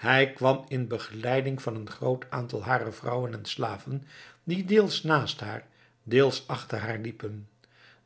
zij kwam in begeleiding van een groot aantal harer vrouwen en slaven die deels naast haar deels achter haar liepen